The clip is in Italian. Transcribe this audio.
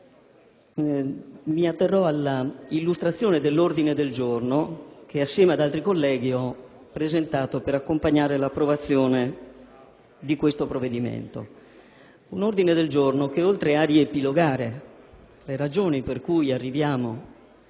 mi atterrò all'illustrazione dell'ordine del giorno che assieme ad altri colleghi ho presentato per accompagnare l'approvazione di questo provvedimento. Un ordine del giorno che, innanzitutto, riepiloga le ragioni per cui arriviamo